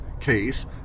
case